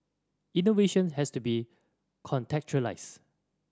innovation has to be contextualised